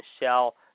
Michelle